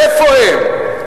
איפה הם?